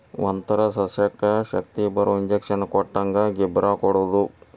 ಒಂತರಾ ಸಸ್ಯಕ್ಕ ಶಕ್ತಿಬರು ಇಂಜೆಕ್ಷನ್ ಕೊಟ್ಟಂಗ ಗಿಬ್ಬರಾ ಕೊಡುದು